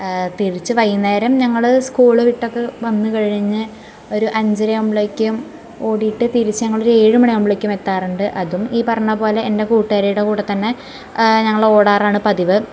തിരിച്ചു വൈകുന്നേരം ഞങ്ങൾ സ്ക്കൂൾ വിട്ടൊക്കെ വന്ന് കഴിഞ്ഞ് ഒരു അഞ്ചര ആകുമ്പളേക്കും ഓടിട്ട് തിരിച്ച് ഞങ്ങളൊരു ഏഴുമണി ആകുമ്പളേക്കും എത്താറുണ്ട് അതും ഈ പറഞ്ഞപോലെ തന്നെ എൻ്റെ കൂട്ടുകാരീടെ കൂടെ തന്നെ ഞങ്ങൾ ഓടാറാണ് പതിവ്